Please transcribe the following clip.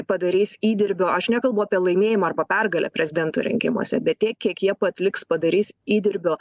padarys įdirbio aš nekalbu apie laimėjimą arba pergalę prezidento rinkimuose bet tiek kiek jie atliks padarys įdirbio